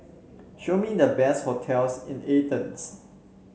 show me the best hotels in Athens